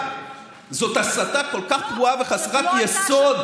זאת הסתה כל כך פרועה וחסרת יסוד,